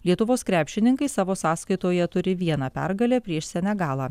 lietuvos krepšininkai savo sąskaitoje turi vieną pergalę prieš senegalą